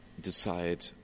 decide